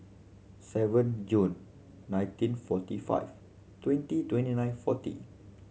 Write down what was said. seven June nineteen forty five twenty twenty nine forty